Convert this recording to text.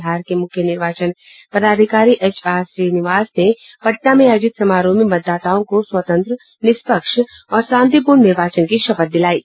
बिहार के मुख्य निर्वाचन पदाधिकारी एच आर श्रीनिवास ने पटना में आयोजित समारोह में मतदाताओं को स्वतंत्र निष्पक्ष और शांतिपूर्ण निर्वाचन की शपथ दिलायी